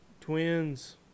twins